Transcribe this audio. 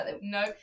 No